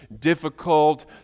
difficult